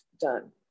done